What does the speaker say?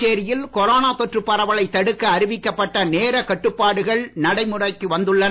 புதுச்சேரியில் கொரோனா தொற்றுப் பரவலைத் தடுக்க அறிவிக்கப்பட்ட நேரக் கட்டுப்பாடுகள் நடைமுறைக்கு வந்துள்ளன